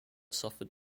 suffered